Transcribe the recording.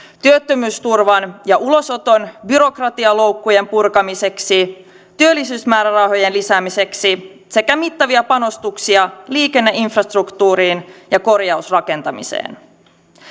työttömyysturvan ja ulosoton byrokratialoukkujen purkamiseksi työllisyysmäärärahojen lisäämiseksi sekä mittavia panostuksia liikenneinfrastruktuuriin ja korjausrakentamiseen